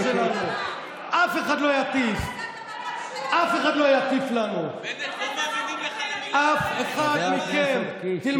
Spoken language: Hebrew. אף אחד לא יטיף לי ולאף אחד פה מה זאת אהבת ישראל.